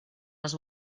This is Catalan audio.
les